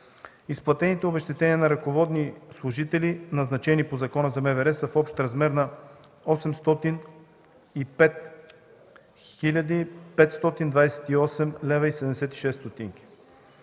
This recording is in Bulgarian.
изплатените обезщетения на ръководни служители, назначени по Закона за МВР, са в общ размер на 805 хил. 528 лв. и 76 ст.